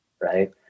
right